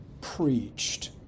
preached